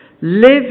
Live